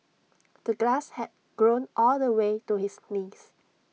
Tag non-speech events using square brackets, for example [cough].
the glass had grown all the way to his [noise] knees